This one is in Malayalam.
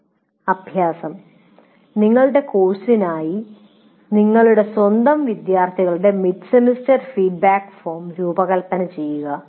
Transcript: അഭ്യാസം നിങ്ങളുടെ കോഴ്സിനായി നിങ്ങളുടെ സ്വന്തം വിദ്യാർത്ഥികളുടെ മിഡ് സെമസ്റ്റർ ഫീഡ്ബാക്ക് ഫോം രൂപകൽപ്പന ചെയ്യുക